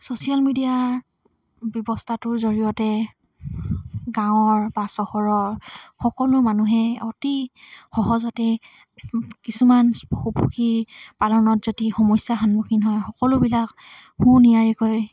social মিডিয়াৰ ব্যৱস্থাটোৰ জৰিয়তে গাঁৱৰ বা চহৰৰ সকলো মানুহে অতি সহজতে কিছুমান পশু পক্ষী পালনত যদি সমস্যা সন্মুখীন হয় সকলোবিলাক সু নিয়াৰিকৈ